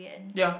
ya